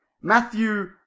Matthew